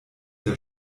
der